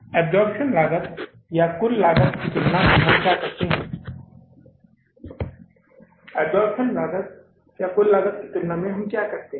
absorption लागत या कुल लागत की तुलना में हम क्या करते हैं